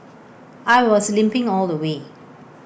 I was limping all the way